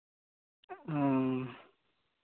ᱦᱮᱸ